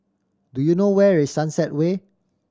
do you know where is Sunset Way